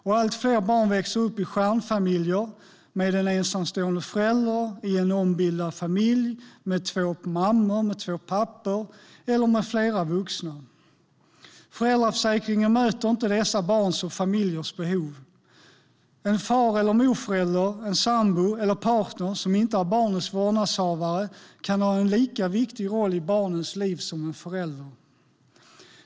Och allt fler barn växer upp i stjärnfamiljer med en ensamstående förälder, i en ombildad familj, med två mammor, med två pappor eller med flera vuxna. Föräldraförsäkringen möter inte dessa barns och familjers behov. En far eller morförälder, en sambo eller partner som inte är barnets vårdnadshavare kan ha en lika viktig roll i barnens liv som en förälder.